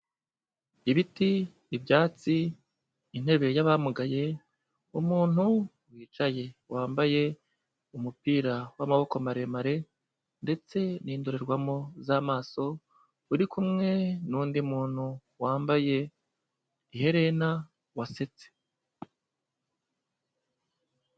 Ibiti, ibyatsi, intebe y'abamugaye, umuntu wicaye wambaye umupira w'amaboko maremare ndetse n'indorerwamo z'amaso, uri kumwe n'undi muntu wambaye iherena wasetse.